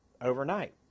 overnight